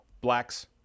blacks